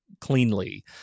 cleanly